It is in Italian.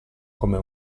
come